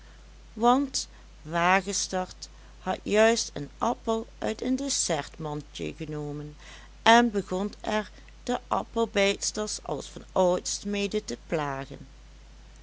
want wagestert had juist een appel uit een dessertmandje genomen en begon er de appelbijtsters als van ouds mede te plagen